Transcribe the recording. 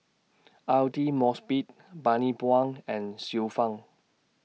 Aidli Mosbit Bani Buang and Xiu Fang